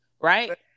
right